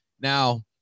Now